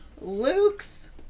Luke's